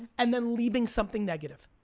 and then leaving something negative.